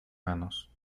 manos